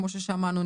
כמו ששמענו,